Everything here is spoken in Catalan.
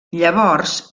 llavors